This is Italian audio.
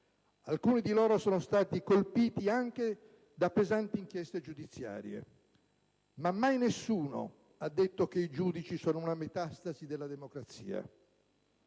Alcuni di loro sono stati colpiti anche da pesanti inchieste giudiziarie, ma mai nessuno ha detto che i giudici sono una metastasi della democrazia.